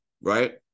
right